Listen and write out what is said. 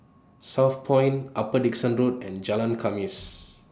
Southpoint Upper Dickson Road and Jalan Khamis